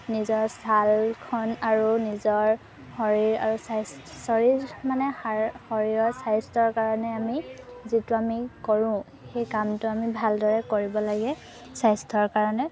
নিজৰ ছালখন আৰু নিজৰ শৰীৰ আৰু স্বাস্থ্য শৰীৰ মানে শৰীৰৰ স্বাস্থ্যৰ কাৰণে আমি যিটো আমি কৰোঁ সেই কামটো আমি ভালদৰে কৰিব লাগে স্বাস্থ্যৰ কাৰণে